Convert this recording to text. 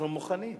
אנחנו מוכנים.